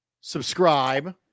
subscribe